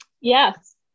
yes